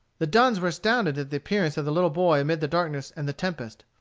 the dunns were astounded at the appearance of the little boy amid the darkness and the tempest.